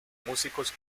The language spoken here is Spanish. músicos